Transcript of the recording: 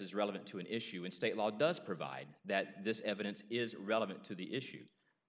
is relevant to an issue in state law does provide that this evidence is relevant to the issue